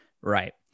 Right